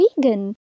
vegan